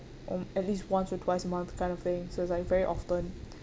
um at least once or twice a month kind of thing so it's like very often